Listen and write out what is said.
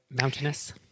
mountainous